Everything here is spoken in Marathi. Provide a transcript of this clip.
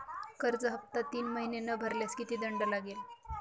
कर्ज हफ्ता तीन महिने न भरल्यास किती दंड लागेल?